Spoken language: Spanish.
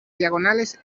diagonales